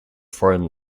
foreign